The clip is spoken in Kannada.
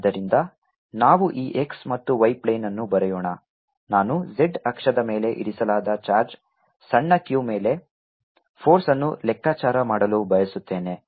ಆದ್ದರಿಂದ ನಾವು ಈ x ಮತ್ತು y ಪ್ಲೇನ್ ಅನ್ನು ಬರೆಯೋಣ ನಾನು z ಅಕ್ಷದ ಮೇಲೆ ಇರಿಸಲಾದ ಚಾರ್ಜ್ ಸಣ್ಣ q ಮೇಲೆ ಫೋರ್ಸ್ಅನ್ನು ಲೆಕ್ಕಾಚಾರ ಮಾಡಲು ಬಯಸುತ್ತೇನೆ